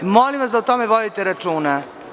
Molim vas da o tome vodite računa.